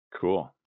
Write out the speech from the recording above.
Cool